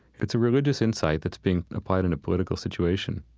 it's a religious insight that's being applied in a political situation